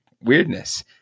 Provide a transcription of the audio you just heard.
weirdness